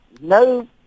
no